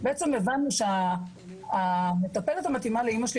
בעצם הבנו שהמטפלת שמתאימה לאמא שלי